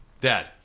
Dad